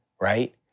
right